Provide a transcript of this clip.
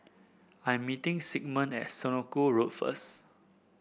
I am meeting Sigmund at Senoko Road first